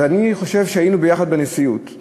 אז אני חושב שהיינו יחד בנשיאות,